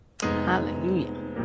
Hallelujah